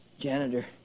janitor